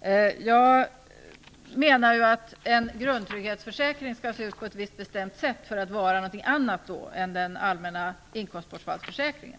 är. En grundtrygghetsförsäkring skall se ut på ett bestämt sätt för att vara någonting annat än den allmänna inkomstbortfallsförsäkringen.